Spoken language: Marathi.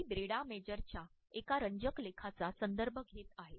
मी ब्रेंडा मेजरच्या एका रंजक लेखाचा संदर्भ घेत आहे